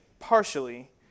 partially